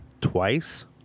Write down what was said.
twice